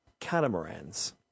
Catamarans